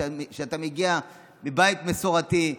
אתה מגיע מבית מסורתי,